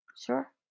Sure